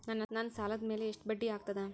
ನನ್ನ ಸಾಲದ್ ಮ್ಯಾಲೆ ಎಷ್ಟ ಬಡ್ಡಿ ಆಗ್ತದ?